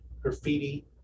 graffiti